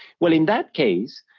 well in that case,